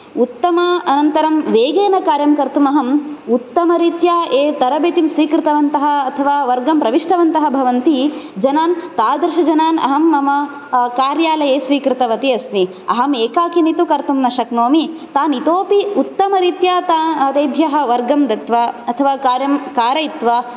उत्तमा अनन्तरं वेगेन कार्यं कर्तुम् अहम् उत्तमरीत्या ये तरबेतिं स्वीकृतवन्तः अथवा वर्गं प्रविष्टवन्तः भवन्ति जनान् तादृशः जनान् अहं मम कार्यालये स्वीकृतवती अस्मि अहं एकाकिनी तु कर्तुम् न शक्नोमि ताम् इतोऽपि उत्तमरीत्या तान् तेभ्यः वर्गं दत्वा अथवा कार्यं कारयित्वा